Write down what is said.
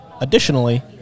additionally